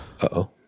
Uh-oh